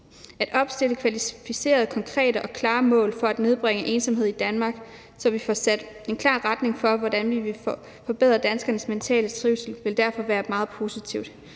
At opstille kvalificerede konkrete og klare mål for at nedbringe ensomhed i Danmark, så vi får sat en klar retning for, hvordan vi vil forbedre danskernes mentale trivsel, vil derfor være meget positivt.